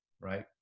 right